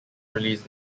release